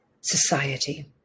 society